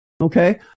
okay